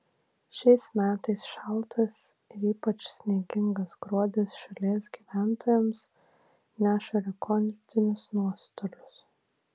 šiais metais šaltas ir ypač sniegingas gruodis šalies gyventojams neša rekordinius nuostolius